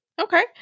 Okay